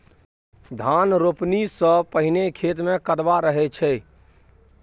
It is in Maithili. धान रोपणी सँ पहिने खेत मे कदबा रहै छै